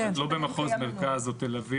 לא במחוז מרכז או תל אביב.